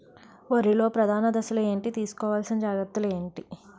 వరిలో ప్రధాన దశలు ఏంటి? తీసుకోవాల్సిన జాగ్రత్తలు ఏంటి?